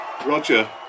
Roger